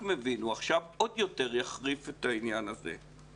ועכשיו הוא עוד יחריף את העניין הזה עוד יותר.